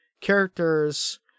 characters